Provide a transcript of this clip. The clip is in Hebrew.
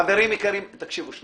חשוב לי